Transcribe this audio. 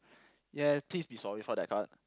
yeah please be sorry for that card